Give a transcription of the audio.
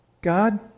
God